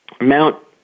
Mount